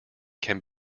can